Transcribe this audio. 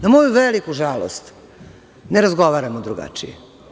Na moju veliku žalost, ne razgovaramo drugačije.